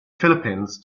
philippines